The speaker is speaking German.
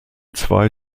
zwei